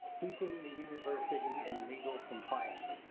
keeping the university in legal compliance.